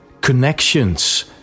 connections